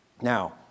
Now